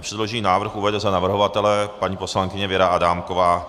Předložený návrh uvede za navrhovatele paní poslankyně Věra Adámková.